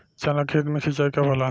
चना के खेत मे सिंचाई कब होला?